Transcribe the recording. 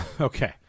okay